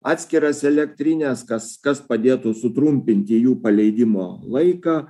atskiras elektrines kas kas padėtų sutrumpinti jų paleidimo laiką